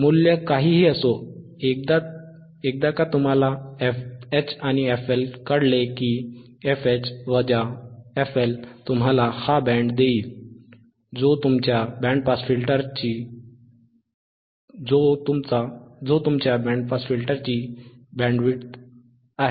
मूल्य काहीही असो एकदा का तुम्हाला fH आणि fL कळले की fH fL तुम्हाला हा बँड देईल जो तुमच्या बँड पास फिल्टरची तुमची बँडविड्थ आहे